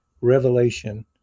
revelation